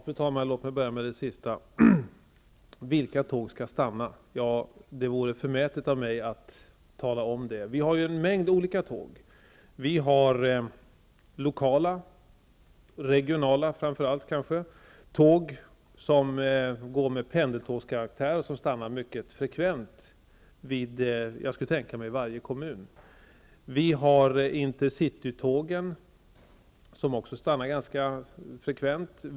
Fru talman! Låt mig börja med det sist sagda. Vilka tåg skall stanna? Det vore förmätet av mig att tala om det. Det finns en mängd olika tåg. Det finns lokala och kanske framför allt regionala tåg av pendeltågskaraktär som stannar mycket frekvent i varje kommun. Vi har Intercity-tåg som också stannar ganska frekvent.